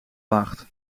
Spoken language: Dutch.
acht